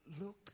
look